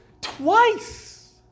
Twice